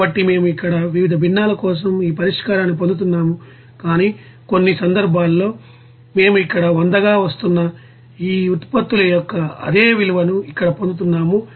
కాబట్టి మేము అక్కడ వివిధ భిన్నాల కోసం ఈ పరిష్కారాన్ని పొందుతున్నాము కానీ అన్ని సందర్భాల్లో మేము ఇక్కడ 100 గా వస్తున్న ఈ ఉత్పత్తుల యొక్క అదే విలువను ఇక్కడ పొందుతున్నాము